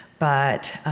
but